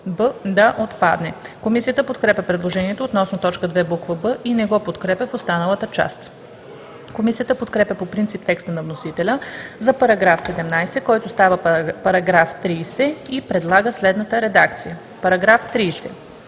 – да отпадне. Комисията подкрепя предложението относно т. 2, буква „б” и не го подкрепя в останалата част. Комисията подкрепя по принцип текста на вносителя за § 17, който става § 30 и предлага следната редакция: „§ 30.